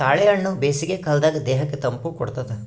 ತಾಳೆಹಣ್ಣು ಬೇಸಿಗೆ ಕಾಲದಲ್ಲಿ ದೇಹಕ್ಕೆ ತಂಪು ಕೊಡ್ತಾದ